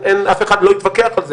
אף אחד לא יתווכח על זה,